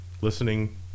listening